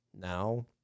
now